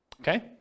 Okay